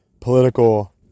political